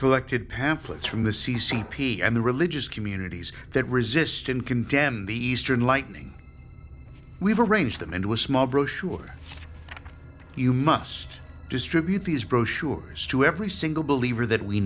collected pamphlets from the c c p and the religious communities that resist and condemn the eastern lightning we've arranged them into a small brochure you must distribute these brochures to every single believer that we